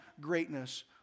greatness